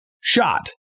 shot